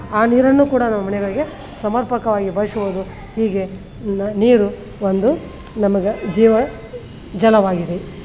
ಆ ನೀರನ್ನು ಕೂಡ ನಾವು ಮನೆಗಳಿಗೆ ಸಮರ್ಪಕವಾಗಿ ಬಳಸ್ಬೋದು ಹೀಗೆ ನ ನೀರು ಒಂದು ನಮಗೆ ಜೀವ ಜಲವಾಗಿದೆ